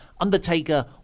Undertaker